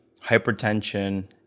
hypertension